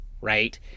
right